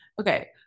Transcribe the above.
Okay